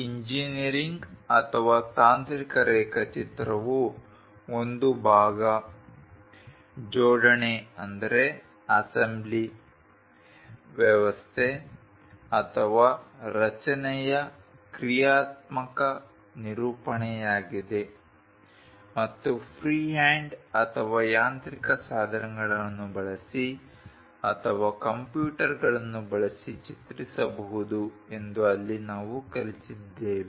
engineering ಅಥವಾ ತಾಂತ್ರಿಕ ರೇಖಾಚಿತ್ರವು ಒಂದು ಭಾಗ ಜೋಡಣೆ ವ್ಯವಸ್ಥೆ ಅಥವಾ ರಚನೆಯ ಚಿತ್ರಾತ್ಮಕ ನಿರೂಪಣೆಯಾಗಿದೆ ಮತ್ತು ಫ್ರೀಹ್ಯಾಂಡ್ ಅಥವಾ ಯಾಂತ್ರಿಕ ಸಾಧನಗಳನ್ನು ಬಳಸಿ ಅಥವಾ ಕಂಪ್ಯೂಟರ್ಗಳನ್ನು ಬಳಸಿ ಚಿತ್ರಿಸಬಹುದು ಎಂದು ಅಲ್ಲಿ ನಾವು ಕಲಿತಿದ್ದೇವೆ